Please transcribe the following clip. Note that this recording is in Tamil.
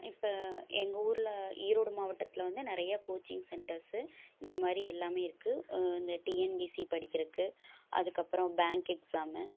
இப்போ எங்கள் ஊரில் ஈரோடு மாவட்டத்தில் வந்து நிறைய கோச்சிங் சென்டர்ஸு இந்த மாதிரி எல்லாம் இருக்கு இந்த டிஎன்பிஎஸ்சி படிக்கிறக்கு அதுக்கு அப்றம் பேங்க் எக்ஸாமு